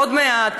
עוד מעט,